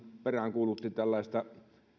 peräänkuulutti tällaista